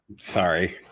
sorry